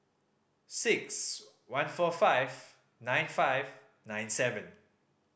six one four five nine five nine seven